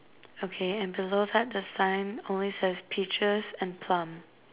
okay and below that the sign only says peaches and plum